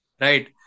Right